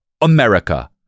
America